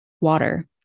water